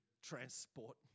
transport